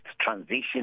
transition